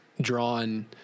drawn